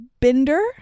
Binder